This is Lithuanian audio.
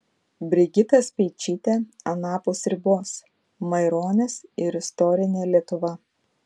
brigita speičytė anapus ribos maironis ir istorinė lietuva